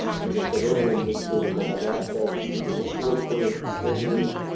as i said earlier, make sure that they have access to school floor plans beforehand,